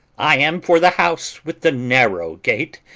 i am for the house with the narrow gate,